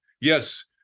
Yes